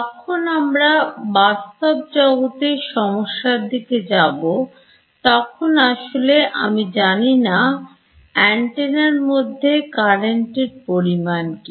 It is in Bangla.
যখন আমরা বাস্তব জগতের সমস্যার দিকে যাব তখন আসলে আমি জানিনা অ্যান্টেনার মধ্যে কারেন্টের পরিমাণ কি